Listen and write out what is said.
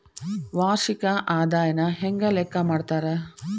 ವಾರ್ಷಿಕ ಆದಾಯನ ಹೆಂಗ ಲೆಕ್ಕಾ ಮಾಡ್ತಾರಾ?